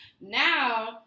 Now